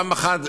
פעם אחת,